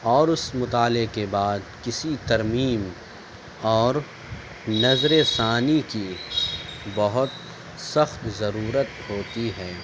اور اس مطالعے کے بعد کسی ترمیم اور نظر ثانی کی بہت سخت ضرورت ہوتی ہے